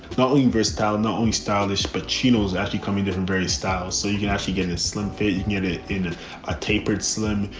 not only versatile, not only stylish, but chinos actually come in different various styles so you can actually get into slim fit. you can get it in a tapered, slim.